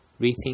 Rethink